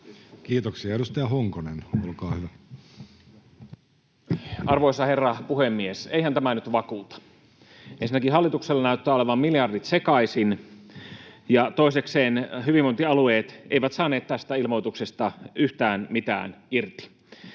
Kiitoksia. — Edustaja Honkonen, olkaa hyvä. Arvoisa herra puhemies! Eihän tämä nyt vakuuta. Ensinnäkin hallituksella näyttävät olevan miljardit sekaisin, ja toisekseen hyvinvointialueet eivät saaneet tästä ilmoituksesta yhtään mitään irti.